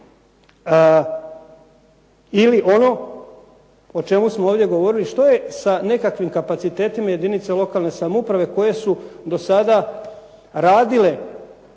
Ili ono o čemu smo ovdje govorili što je sa nekakvim kapacitetima u jedinicama lokalne samouprave koje su do sada radile